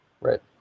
Right